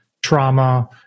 Trauma